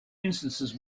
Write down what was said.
instances